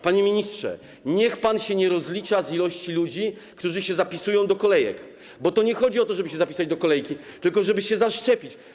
Panie ministrze, niech pan się nie rozlicza z ilości ludzi, którzy się zapisują do kolejek, bo nie chodzi o to, żeby się zapisać, tylko żeby się zaszczepić.